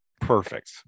perfect